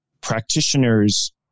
practitioners